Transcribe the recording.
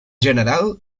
general